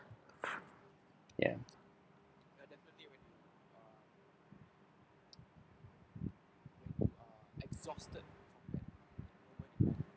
ya